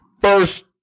first